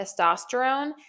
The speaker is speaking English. testosterone